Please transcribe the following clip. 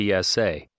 PSA